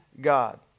God